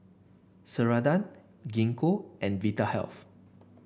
Ceradan Gingko and Vitahealth